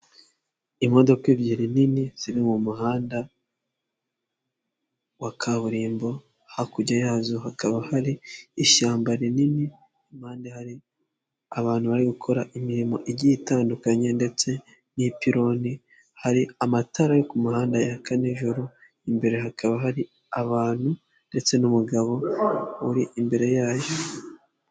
Imodoka ebyiri nini ziri mu muhanda wa kaburimbo, hakurya yazo hakaba hari ishyamba rinini ku kumpande hari abantu bari gukora imirimo igiye itandukanye ndetse n'ipironi hari amatara yo ku muhanda yaka nijoro imbere hakaba hari abantu ndetse n'umugabo uri imbere yayo.